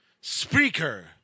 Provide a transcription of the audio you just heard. Speaker